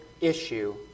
issue